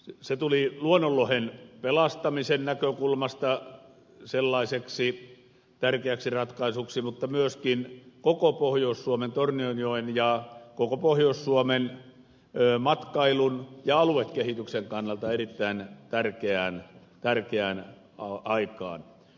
se tuli luonnonlohen pelastamisen näkökulmasta sellaiseksi tärkeäksi ratkaisuksi mutta myöskin tornionjoen ja koko pohjois suomen matkailun ja aluekehityksen kannalta erittäin tärkeään aikaan